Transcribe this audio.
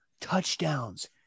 touchdowns